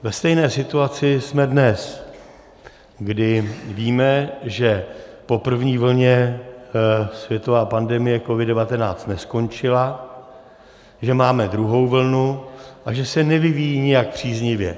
Ve stejné situaci jsme dnes, kdy víme, že po první vlně světová pandemie COVID19 neskončila, že máme druhou vlnu a že se nevyvíjí nijak příznivě.